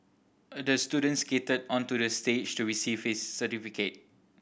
the student skated onto the stage to receive his certificate